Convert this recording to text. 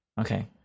okay